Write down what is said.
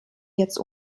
jetzt